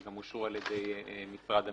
שגם אושרו על ידי משרד המשפטים.